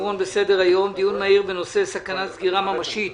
דיון מהיר בנושא: סכנת סגירה ממשית